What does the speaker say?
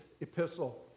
epistle